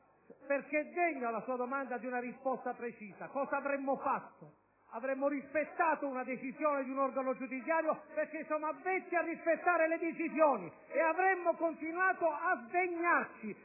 perché la sua domanda è degna di una risposta precisa: cosa avremmo fatto? Avremmo rispettato la decisione di un organo giudiziario, perché siamo avvezzi a rispettarne le decisioni, e avremmo continuato a sdegnarci